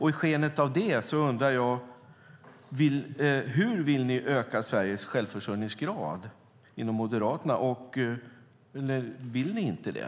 Hur vill ni i Moderaterna öka Sveriges självförsörjningsgrad? Eller vill ni inte det?